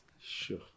Sure